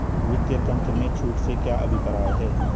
वित्तीय तंत्र में छूट से क्या अभिप्राय है?